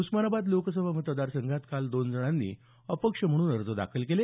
उस्मानाबाद लोकसभा मतदारसंघात काल दोन जणांनी अपक्ष म्हणून अर्ज दाखल केले